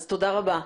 אז תודה רבה.